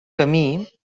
camí